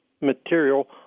material